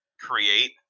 create